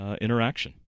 interaction